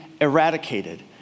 eradicated